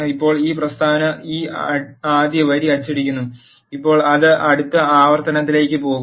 ഇപ്പോൾ ഈ പ്രസ്താവന ഈ ആദ്യ വരി അച്ചടിക്കുന്നു ഇപ്പോൾ അത് അടുത്ത ആവർത്തനത്തിലേക്ക് പോകും